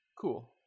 Cool